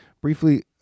briefly